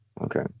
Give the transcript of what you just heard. Okay